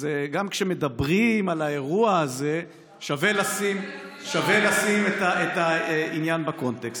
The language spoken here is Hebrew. אז גם כשמדברים על האירוע הזה שווה לשים את העניין בקונטקסט.